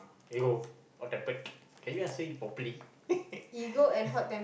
ego or pampered can you answer it properly